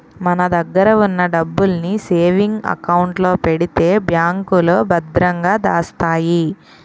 మన దగ్గర ఉన్న డబ్బుల్ని సేవింగ్ అకౌంట్ లో పెడితే బ్యాంకులో భద్రంగా దాస్తాయి